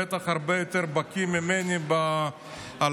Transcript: בטח הרבה יותר בקיא ממני בהלכה,